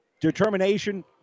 determination